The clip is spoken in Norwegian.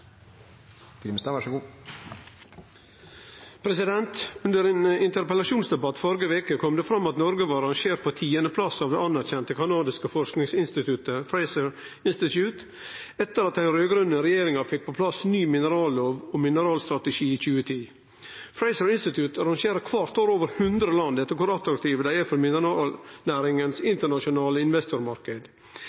Under ein interpellasjonsdebatt i førre veke kom det fram at Noreg var rangert på 10. plass av det anerkjente kanadiske forskingsinstituttet Fraser Institute etter at den raud-grøne regjeringa fekk på plass ny minerallov og mineralstrategi i 2010. Fraser Institute rangerer kvart år over hundre land etter kor attraktive dei er for mineralnæringas internasjonale